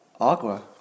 Aqua